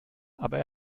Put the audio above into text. aber